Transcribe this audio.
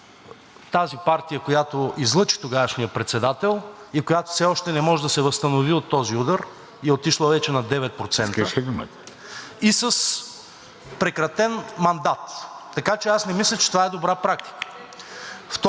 тази партия, която излъчи тогавашния председател и която все още не може да се възстанови от този удар, и е отишла вече на 9%, и е с прекратен мандат, така че аз не мисля, че това е добра практика.